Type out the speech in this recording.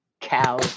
cow